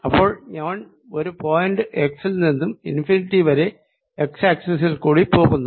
അപ്പോൾ ഞാൻ ഒരു പോയിന്റ് x ൽ നിന്നും ഇൻഫിനിറ്റി വരെ x ആക്സിസിൽ കൂടി പോകുന്നു